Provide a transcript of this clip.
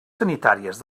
sanitàries